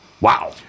Wow